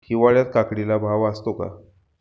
हिवाळ्यात काकडीला भाव असतो का?